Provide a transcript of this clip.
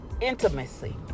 intimacy